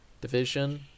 division